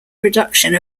production